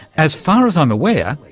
as far as i'm aware,